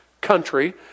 country